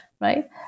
Right